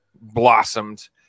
blossomed